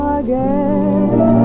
again